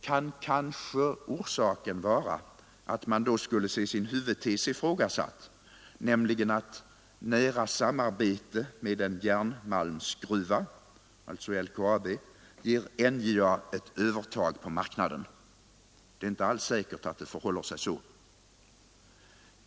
Kan orsaken vara att man då skulle se sin huvudtes ifrågasatt, nämligen att nära samlevnad med en järnmalmsgruva — alltså LKAB -— ger NJA ett övertag på marknaden? Det är alls inte säkert att det förhåller sig så.